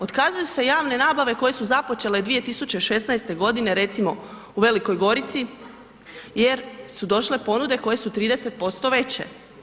Otkazuju se javne nabave koje su započele 2016. godine, recimo u Velikoj Gorici jer su došle ponude koje su 30% veće.